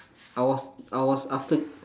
I was I was after